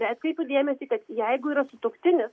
atkreipiu dėmesį kad jeigu yra sutuoktinis